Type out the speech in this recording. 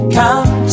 come